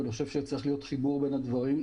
ואני חושב שצריך להיות חיבור בין הדברים.